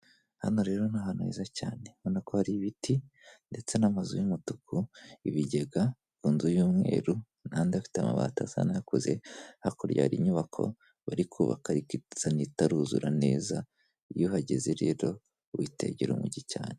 Hano rero ni ahantu heza cyane urabona ko hari ibiti ndetse n'amazu y'umutuku, ibigega ku nzu y'umweru, n'andi afite amabati asa n'akuze, ha kurya hari inyubako bari bari kubaka ariko isa n'iataruzura neza iyo uhageze rero witegera umujyi cyane.